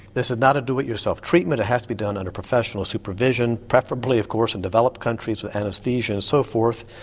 this is not a do it yourself treatment, it has to be done under professional supervision, preferably of course in developed countries with anaesthesia and so forth.